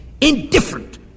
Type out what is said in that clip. indifferent